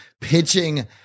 pitching